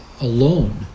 alone